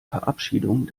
verabschiedung